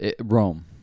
Rome